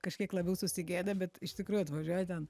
kažkiek labiau susigėdę bet iš tikrųjų tikrai atvažiuoja ten